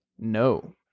No